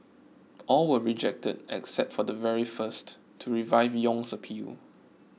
all were rejected except for the very first to revive Yong's appeal